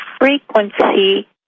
frequency